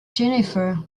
jennifer